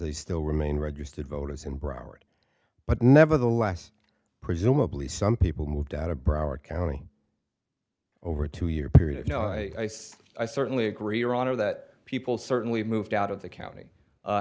they still remain registered voters in broward but nevertheless presumably some people moved out of broward county over a two year period you know i said i certainly agree your honor that people certainly moved out of the county